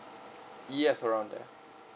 yes around there